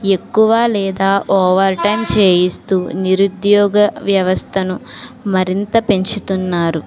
ఎక్కువ లేదా overtime చేయిస్తూ నిరుద్యోగ వ్యవస్థను మరింత పెంచుతున్నారు